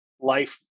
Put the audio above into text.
life